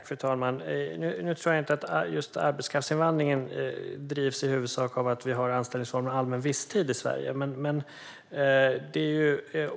Fru talman! Nu tror jag inte att just arbetskraftsinvandringen i huvudsak drivs av att vi har anställningsformen allmän visstid i Sverige.